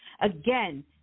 Again